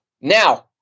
Now